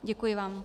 Děkuji vám.